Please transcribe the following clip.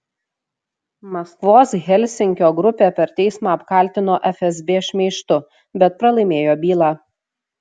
maskvos helsinkio grupė per teismą apkaltino fsb šmeižtu bet pralaimėjo bylą